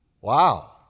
Wow